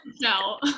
no